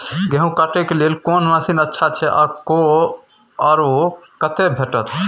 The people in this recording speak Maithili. गेहूं के काटे के लेल कोन मसीन अच्छा छै आर ओ कतय भेटत?